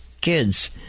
kids